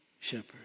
shepherd